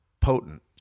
potent